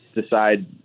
decide